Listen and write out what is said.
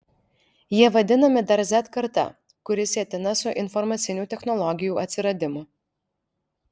jie vadinami dar z karta kuri sietina su informacinių technologijų atsiradimu